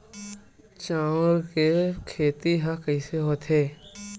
चांउर के खेती ह कइसे होथे?